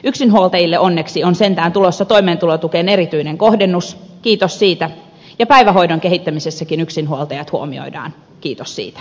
yksinhuoltajille onneksi on sentään tulossa toimeentulotukeen erityinen kohdennus kiitos siitä ja päivähoidon kehittämisessäkin yksinhuoltajat huomioidaan kiitos siitä